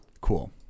Cool